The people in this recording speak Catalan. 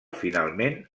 finalment